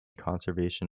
conservation